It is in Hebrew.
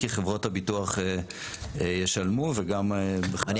כי חברות הביטוח ישלמו וגם בכלל --- אני